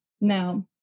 Now